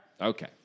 Okay